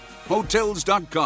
Hotels.com